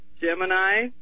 Gemini